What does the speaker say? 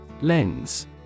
Lens